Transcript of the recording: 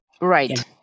Right